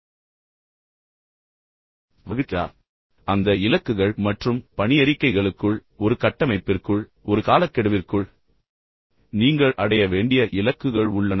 பின்னர் அந்த இலக்குகள் மற்றும் பணி அறிக்கைகளுக்குள் ஒரு கட்டமைப்பிற்குள் ஒரு காலக்கெடுவிற்குள் நீங்கள் அடைய வேண்டிய இலக்குகள் உள்ளன